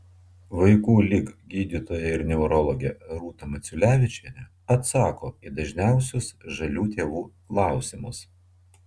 vaikų lig gydytoja ir neurologė rūta maciulevičienė atsako į dažniausius žalių tėvų klausimus